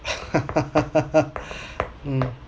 mm